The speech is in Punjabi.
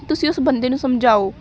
ਤੁਸੀਂ ਉਸ ਬੰਦੇ ਨੂੰ ਸਮਝਾਓ